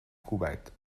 kuwait